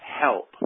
help